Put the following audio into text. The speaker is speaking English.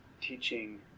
teaching